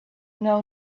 know